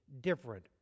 Different